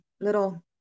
little